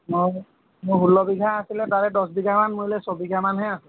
মোৰ ষোল্ল বিঘা আছিলে তাৰে দচ বিঘামান মৰিলে ছবিঘামানহে আছে